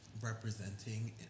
representing